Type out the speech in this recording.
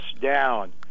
down